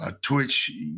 Twitch